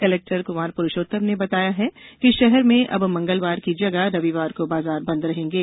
collector Kumar Purushottam ने बताया है कि शहर में अब मंगलवार की जगह रविवार को बाजार बंद रहेंगे